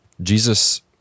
Jesus